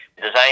design